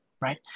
right